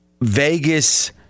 Vegas